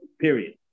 period